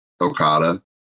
Okada